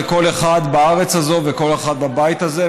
לכל אחד בארץ הזאת ולכל אחד בבית הזה,